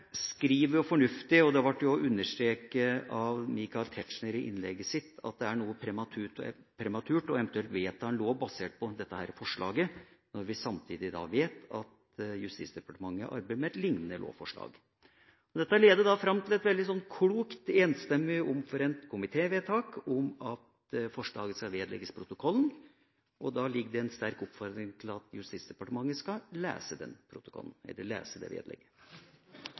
det ble understreket av Michael Tetzschner i innlegget hans – at det er noe prematurt eventuelt å vedta en lov basert på dette forslaget når vi samtidig vet at Justisdepartementet arbeider med et liknende lovforslag. Dette leder da fram til et veldig klokt og enstemmig omforent komitévedtak om at forslaget skal vedlegges protokollen, og i det ligger en sterk oppfordring til at Justisdepartementet skal lese det vedlegget. Det får vi